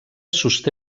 sosté